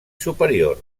superiors